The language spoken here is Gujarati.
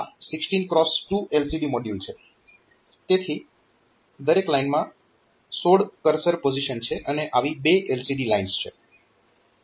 આ 16 x 2 LCD મોડ્યુલ છે તેથી દરેક લાઇનમાં 16 કર્સર પોઝીશન છે અને આવી 2 LCD લાઇન્સ છે